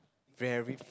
very